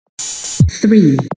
three